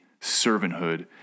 servanthood